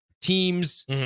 teams